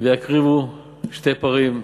ויקריבו שני פרים,